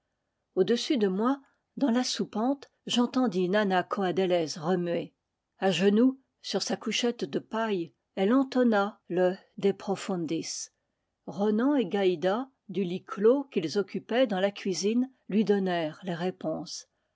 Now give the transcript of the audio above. au-dessus de moi dans la soupente j'entendis nanna coadélez remuer a genoux sur sa couchette de paille elle entonna le de profundis ronan et gaïda du lit clos qu'ils occupaient dans la cuisine lui donnèrent les répons